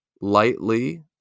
lightly